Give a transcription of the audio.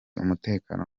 umutekano